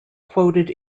quoted